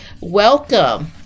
Welcome